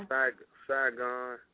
Saigon